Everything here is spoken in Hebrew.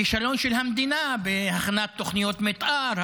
כישלון של המדינה בהכנת תוכניות מתאר,